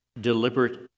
deliberate